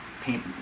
paint